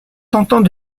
tentant